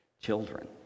Children